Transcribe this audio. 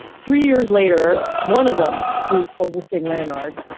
three years later, one of them, who is called wolfgang lanard,